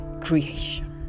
creation